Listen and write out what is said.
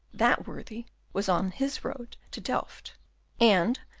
that worthy was on his road to delft and,